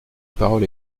parole